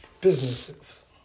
businesses